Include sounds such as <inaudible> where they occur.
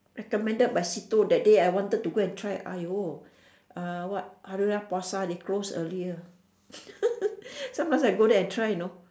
recommended by Sito that day I wanted to go and try !aiyo! uh what hari-raya-puasa they close earlier <laughs> sometimes I go there and try you know